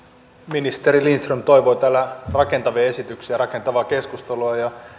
ministeri lindström toivoi täällä rakentavia esityksiä rakentavaa keskustelua ja